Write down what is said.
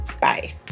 Bye